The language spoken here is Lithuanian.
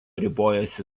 ribojasi